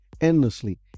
endlessly